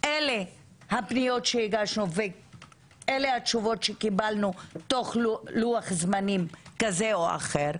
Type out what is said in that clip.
אלה הפניות שהגשנו ואלה התשובות שקיבלנו תוך לוח זמנים כזה או אחר,